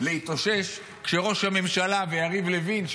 להתאושש כשראש הממשלה ויריב לוין,